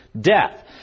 death